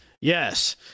Yes